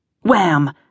Wham